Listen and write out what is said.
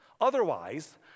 Otherwise